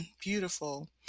Beautiful